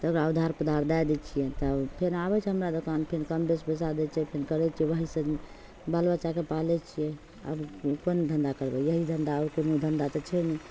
तऽ ओकरा उधार पुधार दै दै छिए फेर आबै छै हमरा दोकान फेर कम बेस पइसा दै छै फेर करै छै वएहसे बाल बच्चाके पालै छिए आओर कोन धन्धा करबै इएह धन्धा आओर कोनो धन्धा तऽ छै नहि